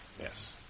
Yes